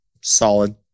Solid